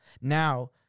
Now